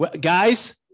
guys